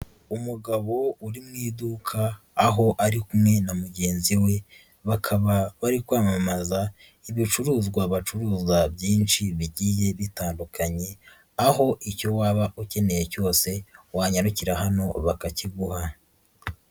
Umugabo uri mu iduka aho ari kumwe na mugenzi we, bakaba bari kwamamaza ibicuruzwa bacuruza byinshi bigiye bitandukanye, aho icyo waba ukeneye cyose, wanyarukira hano bakakiguha.